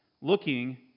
looking